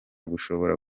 bushobora